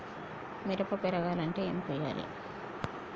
మిరప పెరగాలంటే ఏం పోయాలి?